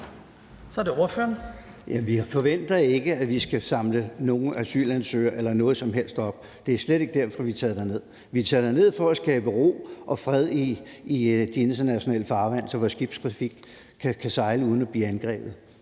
Jeg forventer ikke, at vi skal samle nogen asylansøgere eller noget som helst op. Det er slet ikke derfor, vi er taget derned. Vi er taget derned for at skabe ro og fred i det internationale farvand, så vores skibstrafik kan sejle uden at blive angrebet.